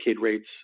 rates